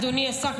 אדוני השר,